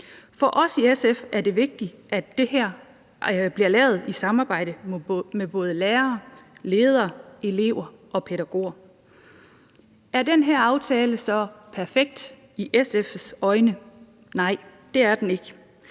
For os i SF er det vigtigt, at det her bliver lavet i samarbejde med både lærere, ledere, elever og pædagoger. Er den her aftale så perfekt i SF's øjne? Nej, det er den ikke.